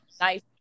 Nice